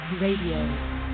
Radio